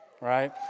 right